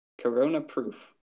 Corona-proof